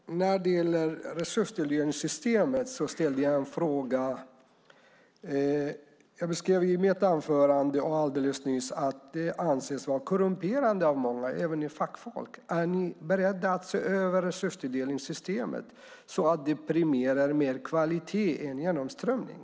Herr talman! När det gäller resurstilldelningssystemet ställde jag en fråga. Jag beskrev i mitt anförande och i min replik nyss att det av många anses vara korrumperande, även av fackfolk. Är ni beredda att se över resurstilldelningssystemet så att det premierar mer kvalitet än genomströmning?